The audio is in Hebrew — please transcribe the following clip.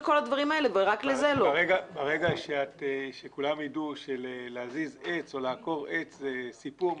ברגע שכולם ידעו שלהזיז עץ או לעקור עץ זה סיפור,